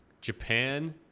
japan